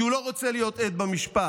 כי הוא לא רוצה להיות עד במשפט,